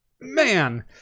man